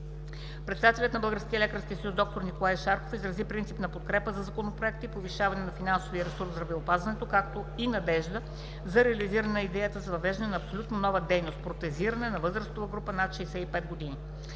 зъболекарски съюз д-р Николай Шарков изрази принципна подкрепа за Законопроекта и повишаването на финансовия ресурс в здравеопазването, както и надежда за реализирането на идеята за въвеждане на абсолютно нова дейност - протезирането на възрастовата група над 65 години.